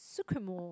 Sucremor